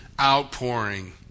outpouring